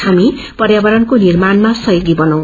हमीपर्यावरणकोनिर्माणमासहयोगीबनौ